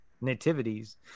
nativities